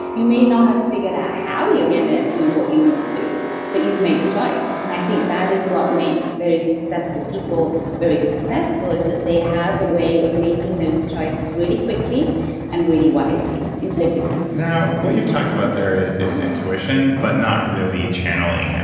you may not have figured out how you're going to do what you need to do but you've made a choice, and i think that is what makes very successful people very successful is that they have a way of making those choices really quickly and really wisely intuitively now, what you've talked about there is is intuition but not really channeling. and